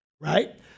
right